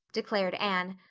declared anne.